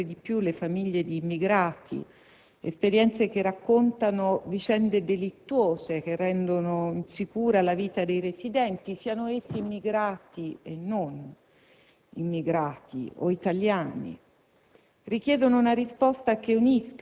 esperienze che coinvolgono sempre di più le famiglie di immigrati, esperienze che raccontano vicende delittuose che rendono insicura la vita dei residenti, siano essi immigrati o italiani,